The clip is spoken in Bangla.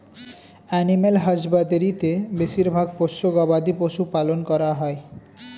এনিম্যাল হাসবাদরী তে বেশিরভাগ পোষ্য গবাদি পশু পালন করা হয়